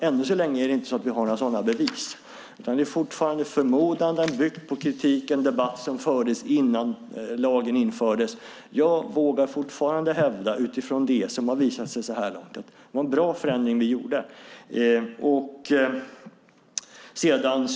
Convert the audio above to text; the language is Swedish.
Än så länge har vi alltså inte några sådana bevis, utan det är bara förmodanden och kritik som bygger på den debatt som fördes innan lagen infördes. Jag vågar utifrån det som har visat sig så här långt hävda att det var en bra förändring vi gjorde.